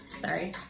sorry